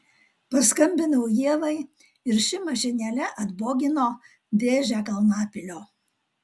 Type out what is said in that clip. paskambinau ievai ir ši mašinėle atbogino dėžę kalnapilio